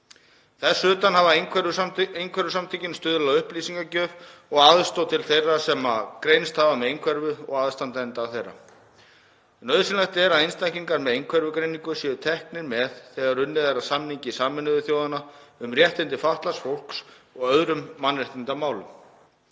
Þess utan hafa Einhverfusamtökin stuðlað að upplýsingagjöf og aðstoð til þeirra sem greinast með einhverfu og aðstandenda þeirra. Nauðsynlegt er að einstaklingar með einhverfugreiningu séu teknir með þegar unnið er eftir samningi Sameinuðu þjóðanna um réttindi fatlaðs fólks og öðrum mannréttindasáttmálum.